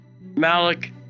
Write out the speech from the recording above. Malik